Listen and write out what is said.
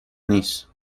نیست